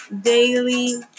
daily